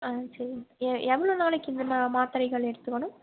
ஆ சரி எ எவ்வளோ நாளைக்கு இந்த ம மாத்திரைகள் எடுத்துக்கணும்